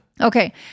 Okay